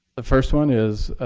the first one is